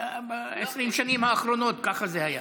ב-20 השנים האחרונות כך זה היה.